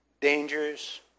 dangers